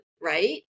right